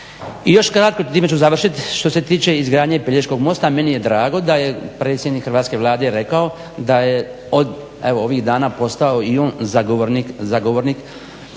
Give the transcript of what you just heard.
I još kratko, time ću završiti, što se tiče izgradnje Pelješkog mosta meni je drago da je predsjednik Hrvatske Vlade rekao da je ovih dana postao i on zagovornik